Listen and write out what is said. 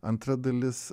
antra dalis